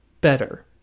better